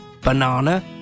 banana